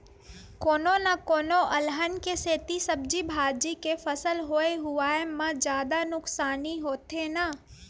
कोनो न कोनो अलहन के सेती सब्जी भाजी के फसल होए हुवाए म जादा नुकसानी होथे न